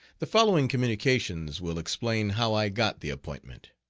the following communications will explain how i got the appointment.